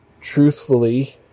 truthfully